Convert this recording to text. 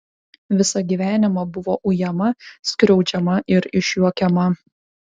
visą gyvenimą buvo ujama skriaudžiama ir išjuokiama